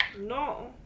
No